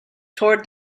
towards